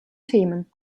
themen